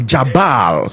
Jabal